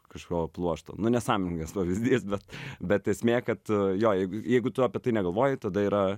kažko pluošto nu nesąmoningas pavyzdys bet bet esmė kad jo jeigu jeigu tu apie tai negalvoji tada yra